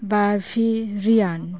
ᱵᱟᱨᱵᱷᱤ ᱨᱤᱭᱟᱱ